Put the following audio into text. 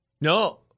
No